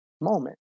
moment